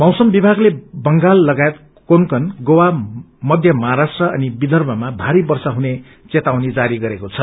मौसम विभागले बंगाल लगायत कोकंन गोवा मध्य महाराष्ट्र अनि विर्द्यमा भारी वर्षा हुने चेतावनी जारी गरेको छ